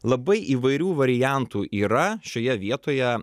labai įvairių variantų yra šioje vietoje